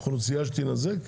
אוכלוסייה שתינזק?